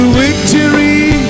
victory